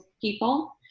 people